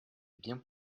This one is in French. bien